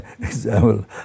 example